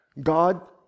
God